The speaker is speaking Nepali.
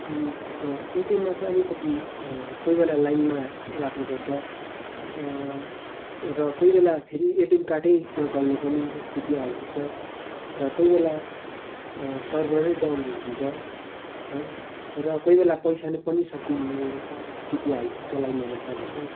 एटिएममा चाहिँ अलिकति कोही बेला लाइनमा लाग्नुपर्छ र कोही बेला फेरि एटिएम कार्डै नचल्ने पनि स्थिति आइपुग्छ र कोही बेला सर्बरै डाउन भइदिन्छ है र कोही बेला पैसा पनि सकिने स्थिति आइपुग्छ लाइनमा बस्दाबस्दै